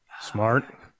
Smart